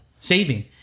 saving